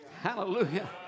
Hallelujah